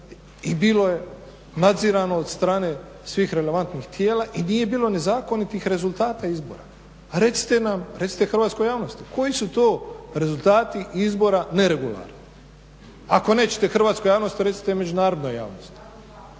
i bilo je nadzirano od strane svih relevantnih tijela i nije bilo nezakonitih rezultata izbora. Recite nam, recite hrvatskoj javnosti koji su to rezultati izbora neregularni? Ako nećete hrvatskoj javnosti recite međunarodnoj javnosti.